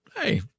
Hey